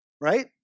right